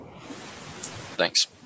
Thanks